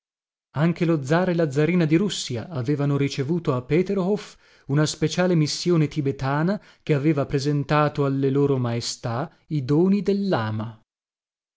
anche lo zar e la zarina di russia avevano ricevuto a peterhof una speciale missione tibetana che aveva presentato alle loro maestà i doni